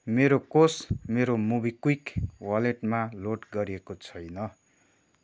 मेरो कोष मेरो मोबिक्विक वालेटमा लोड गरिएको छैन